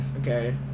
Okay